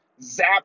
zap